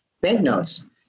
banknotes